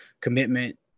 commitment